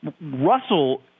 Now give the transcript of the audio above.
Russell